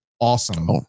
awesome